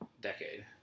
decade